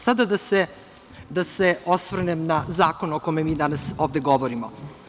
Sada da se osvrnem na zakon o kome mi danas ovde govorimo.